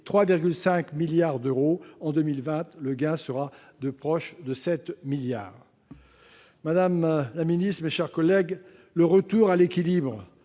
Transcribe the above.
3,5 milliards d'euros ; en 2020, le gain sera proche de 7 milliards d'euros. Madame la ministre, mes chers collègues, le retour à l'équilibre